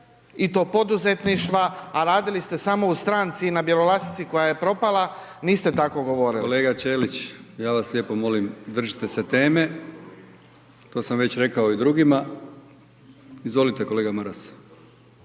i to poduzetništva, a radili ste samo u stranci i na Bjelolasici koja je propala, niste tako govorili. **Brkić, Milijan (HDZ)** Kolega Ćelić, ja vas lijepo molim, držite se teme. To sam već rekao i drugima. Izvolite kolega Maras.